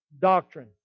doctrine